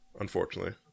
unfortunately